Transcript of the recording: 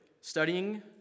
studying